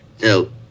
No